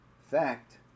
fact